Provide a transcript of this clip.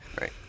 Right